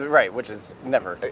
right, which is never.